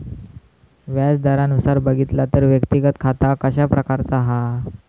व्याज दरानुसार बघितला तर व्यक्तिगत खाता कशा प्रकारचा हा?